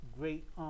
great